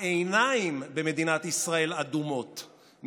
העיניים במדינת ישראל אדומות,